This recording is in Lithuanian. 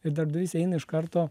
ir darbdavys eina iš karto